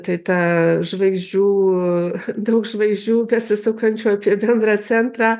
tai ta žvaigždžių daug žvaigždžių besisukančių apie bendrą centrą